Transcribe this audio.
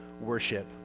worship